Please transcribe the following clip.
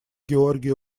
георгий